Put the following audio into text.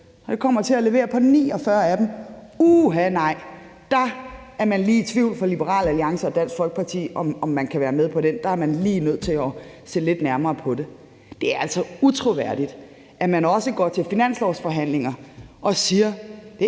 det kommer til at levere på 49 af dem, uha nej, der er man i Liberal Alliance og Dansk Folkeparti lige i tvivl om, om man kan være med på den; der er man lige nødt til at se nærmere på det. Det er altså utroværdigt, at man også går til finanslovsforhandlinger og siger,